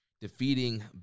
defeating